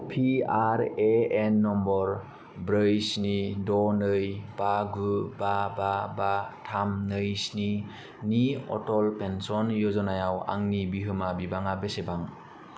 P R A N number ब्रै स्नि द' नै बा गु बा बा बा थाम नै स्निनि अटल पेन्सन य'जनायाव आंनि बिहोमा बिबाङा बेसेबां